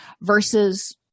versus